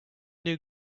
knew